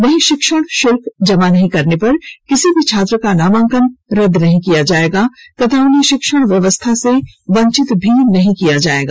वहीं शिक्षण शुल्क जमा नहीं करने पर किसी भी छात्र का नामांकन रद्द नहीं किया जाएगा तथा उन्हें शिक्षण व्यवस्था से वंचित भी नहीं किया जाएगा